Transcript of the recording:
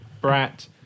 Brat